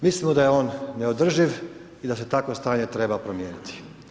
Mislimo da je on neodrživ i da se takvo stanje treba promijeniti.